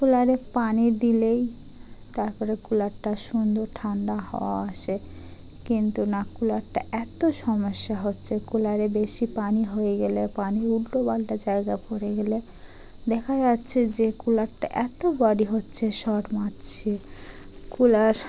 কুলারে পানি দিলেই তারপরে কুলারটা সুন্দর ঠান্ডা হওয়া আসে কিন্তু না কুলারটা এতো সমস্যা হচ্ছে কুলারে বেশি পানি হয়ে গেলে পানি উল্টো পাল্টা জায়গা পড়ে গেলে দেখা যাচ্ছে যে কুলারটা এতো বড়ি হচ্ছে শক মারছে কুলার